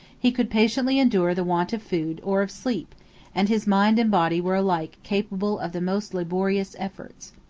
he could patiently endure the want of food, or of sleep and his mind and body were alike capable of the most laborious efforts.